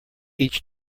each